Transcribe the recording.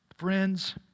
Friends